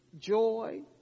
joy